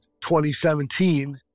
2017